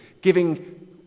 giving